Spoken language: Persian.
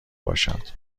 باشد